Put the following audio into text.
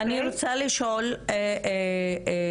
אני רוצה לשאול בעניין